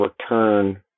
return